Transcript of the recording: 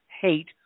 hate